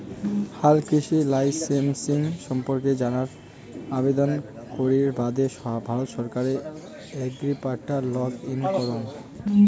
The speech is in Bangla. হালকৃষি লাইসেমসিং সম্পর্কে জানার আবেদন করির বাদে ভারত সরকারের এগ্রিপোর্টাল লগ ইন করঙ